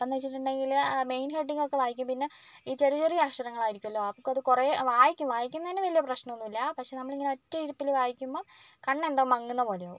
അപ്പോഴെന്ന് വെച്ചിട്ടുണ്ടെങ്കിൽ main heading ഒക്കെ വായിക്കും പിന്നെ ഈ ചെറിയ ചെറിയ അക്ഷരങ്ങൾ ആയിരിക്കുവല്ലോ അപ്പം അത് കുറെ വായിക്കും വായിക്കുന്നേന് വലിയ പ്രശ്നമൊന്നൂല്ല പക്ഷേ നമ്മളിങ്ങനെ ഒറ്റ ഇരുപ്പിൽ വായിക്കുമ്പം കണ്ണ് എന്തോ മങ്ങുന്ന പോലെയാവും